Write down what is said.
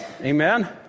Amen